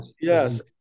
Yes